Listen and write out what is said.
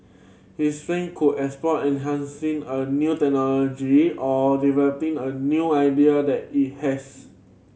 his firm could explore enhancing a new technology or developing a new idea that it has